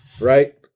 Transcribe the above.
Right